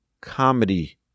comedy